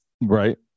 right